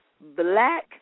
black